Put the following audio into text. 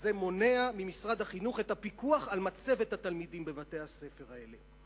וזה מונע ממשרד החינוך את הפיקוח על מצבת התלמידים בבתי-הספר האלה.